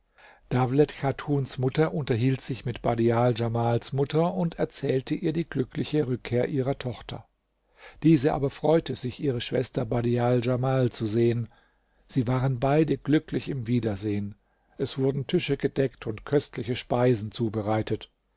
dawlet chatuns mutter unterhielt sich mit badial djamals mutter und erzählte ihr die glückliche rückkehr ihrer tochter diese aber freute sich ihre schwester badial djamal zu sehen sie waren beide glücklich im wiedersehen es wurden tische gedeckt und köstliche speisen zubereitet